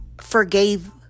forgave